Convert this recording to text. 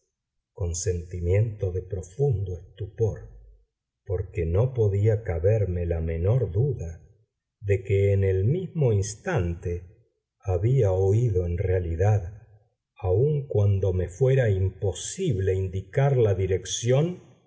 sentimiento de profundo estupor porque no podía caberme la menor duda de que en el mismo instante había oído en realidad aun cuando me fuera imposible indicar la dirección